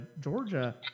Georgia